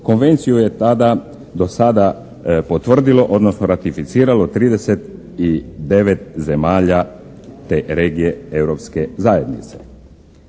Konvenciju je do sada potvrdilo, odnosno ratificiralo 39 zemalja te regije europske zajednice.